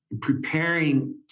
preparing